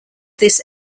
this